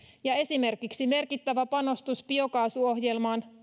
ja esimerkiksi merkittävä panostus biokaasuohjelmaan